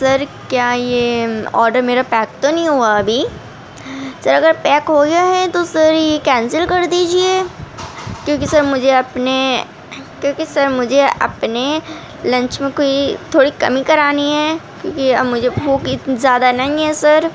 سر کیا یہ آڈر میرا پیک تو نہیں ہوا ابھی سر اگر پیک ہو گیا ہے تو سر یہ کینسل کر دیجیے کیونکہ سر مجھے اپنے کیونکہ سر مجھے اپنے لنچ میں کوئی تھوڑی کمی کرانی ہے کیونکہ اب مجھے بھوک اتنی زیادہ نہیں ہے سر